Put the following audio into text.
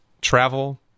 travel